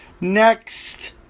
next